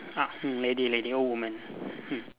ah lady lady old woman mm